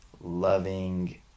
loving